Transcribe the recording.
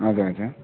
हजुर हजुर